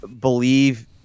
believe